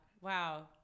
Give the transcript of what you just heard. Wow